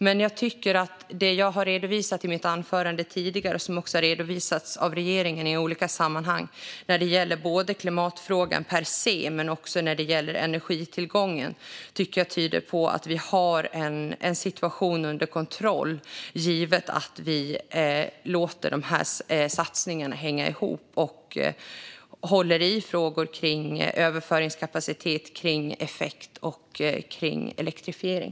Men jag tycker att det jag har redovisat i mitt anförande tidigare och som också har redovisats av regeringen i olika sammanhang när det gäller både klimatfrågan per se och energitillgången tyder på att vi har situationen under kontroll, givet att vi låter de här satsningarna hänga ihop och håller i frågor kring överföringskapacitet, effekt och elektrifiering.